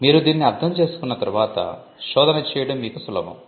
మీరు దీన్ని అర్థం చేసుకున్న తర్వాత శోధన చేయడం మీకు సులభం